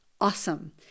awesome